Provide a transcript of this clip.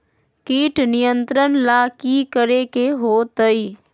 किट नियंत्रण ला कि करे के होतइ?